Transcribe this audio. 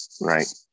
right